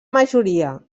majoria